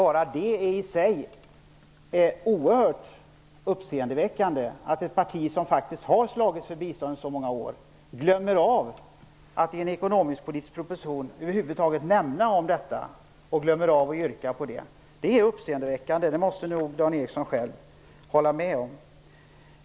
Men det är i sig oerhört uppseendeväckande att ett parti som faktiskt har slagits för bistånd under så många år glömmer att i en ekonomisk-politisk proposition över huvud taget nämna biståndet och glömmer yrkandet. Det är uppseendeväckande. Det måste nog Dan Ericsson själv hålla med om.